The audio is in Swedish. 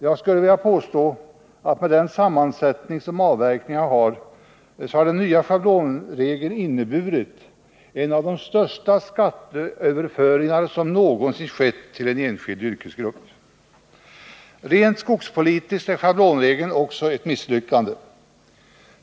Jag skulle vilja påstå att med den sammansättning som avverkningarna har, så har den nya schablonregeln inneburit en av de största skatteöverföringar som någonsin skett till en enskild yrkesgrupp. Även rent skogspolitiskt är schablonregeln ett misslyckande.